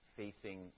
facing